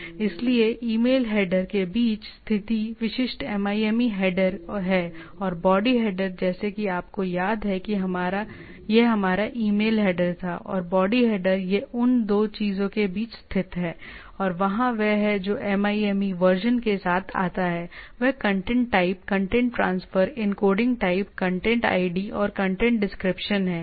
इसलिए email header के बीच स्थित विशिष्ट MIME हेडर हैं और बॉडी हेडर जैसे कि आपको याद है कि यह हमारा ईमेल हेडर था और बॉडी हेडर और यह इन 2 के बीच स्थित है और वहाँ वह है जो MIME वर्जन के साथ आता है वह content type content transfer encoding type content ID और कंटेंट डिस्क्रिप्शन है